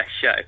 show